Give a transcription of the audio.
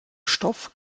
stoff